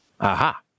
Aha